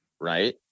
Right